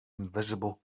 invisible